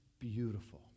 beautiful